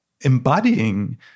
embodying